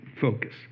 focus